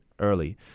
early